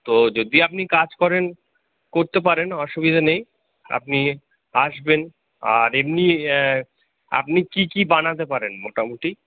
তো যদি আপনি কাজ করেন করতে পারেন অসুবিধা নেই আপনি আসবেন আর এমনি আপনি কী কী বানাতে পারেন মোটামুটি